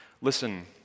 Listen